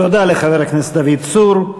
תודה לחבר הכנסת דוד צור.